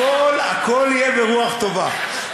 אני אתן לו, הכול יהיה ברוח טובה.